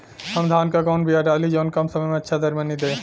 हम धान क कवन बिया डाली जवन कम समय में अच्छा दरमनी दे?